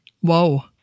Whoa